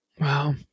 Wow